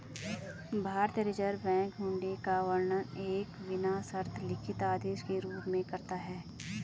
भारतीय reserve bank हुंडी का वर्णन एक बिना शर्त लिखित आदेश के रूप में करता है